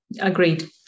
Agreed